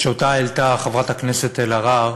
העלתה אותה חברת הכנסת אלהרר,